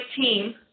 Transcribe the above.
team